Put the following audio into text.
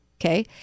okay